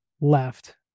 left